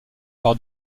par